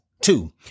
Two